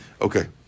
Okay